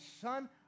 son